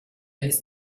ist